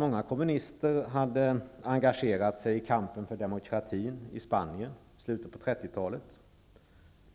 Många kommunister hade engagerat sig i kampen för demokratin i Spanien i slutet av 30-talet.